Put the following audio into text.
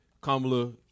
Kamala